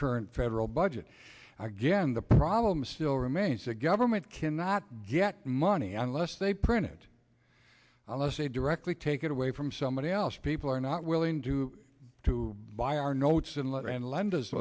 current federal budget again the problem still remains the government cannot get money unless they print it on the say directly take it away from somebody else people are not willing to to buy our notes and letters and lend